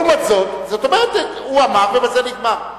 זאת אומרת, הוא אמר ובזה זה נגמר.